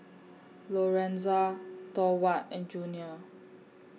Lorenza Thorwald and Junior